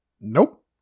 Nope